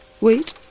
Wait